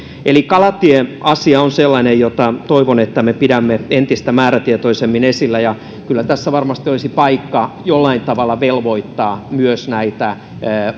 eli kalatieasia on sellainen jota toivon että me pidämme entistä määrätietoisemmin esillä kyllä tässä varmasti olisi paikka jollain tavalla velvoittaa myös näitä